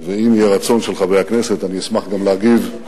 ואם יהיה רצון של חברי הכנסת, אני אשמח להגיב גם